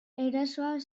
erasoak